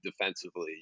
defensively